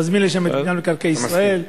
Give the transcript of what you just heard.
נזמין לשם את מינהל מקרקעי ישראל,